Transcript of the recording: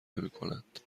نمیکنند